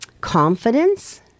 confidence